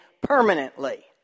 permanently